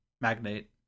magnate